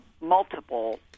multiple